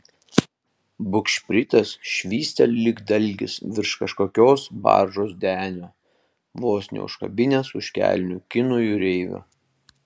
bugšpritas švysteli lyg dalgis virš kažkokios baržos denio vos neužkabinęs už kelnių kinų jūreivio